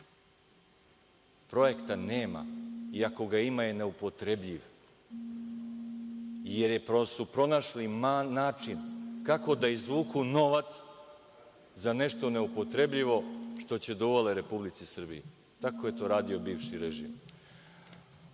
projekta nema i ako ga ima je neupotrebljiv, jer su pronašli način kako da izvuku novac za nešto neupotrebljivo, što će da uvale Republici Srbiji. Tako je to radio bivši režim. Kako